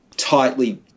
tightly